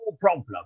problem